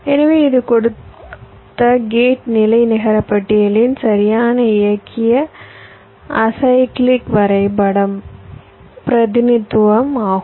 எனவே இது கொடுத்த கேட் நிலை நிகர பட்டியலின் சரியான இயக்கிய அசைக்ளிக் வரைபட பிரதிநிதித்துவம் ஆகும்